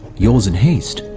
yours in haste,